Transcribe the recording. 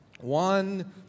One